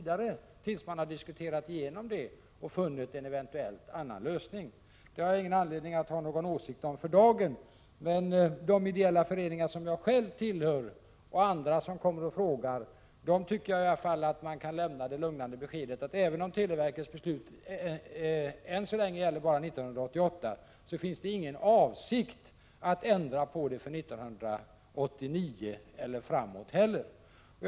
Systemet skall alltså gälla tills man har diskuterat igenom det hela och eventuellt funnit en annan lösning. Det har jag ingen anledning att hysa någon åsikt om för dagen, men de ideella föreningar som jag själv tillhör och andra som kommer och frågar tycker jag man kan ge ett lugnande besked: Även om televerkets beslut än så länge bara gäller 1988 så finns det ingen avsikt att ändra på det för 1989 eller, för den delen, längre fram.